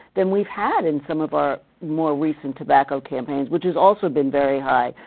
than we've had in some of our more recent tobacco campaigns, which has also been very high.